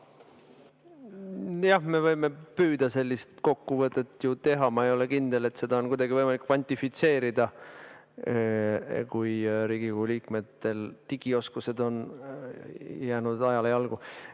Jah, me võime püüda sellist kokkuvõtet ju teha. Ma ei ole kindel, et seda on kuidagi võimalik kvantifitseerida, kui Riigikogu liikmete digioskused on ajale jalgu